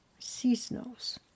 Cisnos